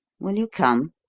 will you come?